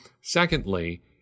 Secondly